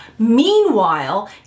Meanwhile